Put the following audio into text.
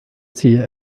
ziehe